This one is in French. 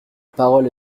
parole